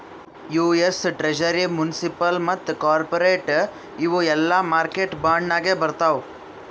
US treasury, municipal ಮತ್ತ corporate ಇವು ಎಲ್ಲಾ ಮಾರ್ಕೆಟ್ ಬಾಂಡ್ ನಾಗೆ ಬರ್ತಾವ್